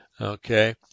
Okay